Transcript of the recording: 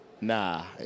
Nah